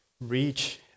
reach